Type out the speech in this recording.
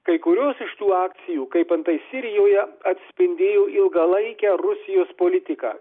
kai kurios iš tų akcijų kaip antai sirijoje atspindėjo ilgalaikę rusijos politiką